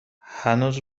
هنوز